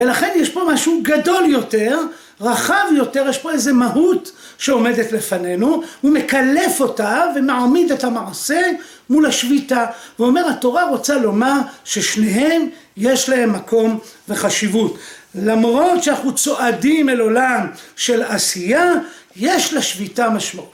ולכן יש פה משהו גדול יותר, רחב יותר, יש פה איזה מהות שעומדת לפנינו, הוא מקלף אותה ומעמיד את המעשה מול השביתה, ואומר, התורה רוצה לומר ששניהם יש להם מקום וחשיבות. למרות שאנחנו צועדים אל עולם של עשייה, יש לשביתה משמעות.